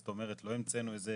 זאת אומרת, לא המצאנו איזה